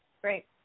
great